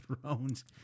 Thrones